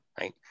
right